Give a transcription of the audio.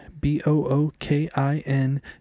b-o-o-k-i-n